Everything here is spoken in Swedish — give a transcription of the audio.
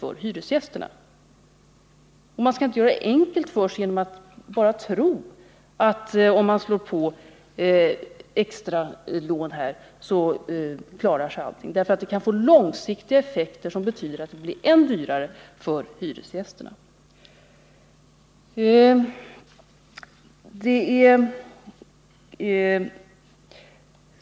Man skall inte göra det enkelt för sig genom att tro att om man bara går in med extra lån så klarar sig allting. Det kan nämligen få långsiktiga effekter som gör att det blir dyrare för hyresgästerna.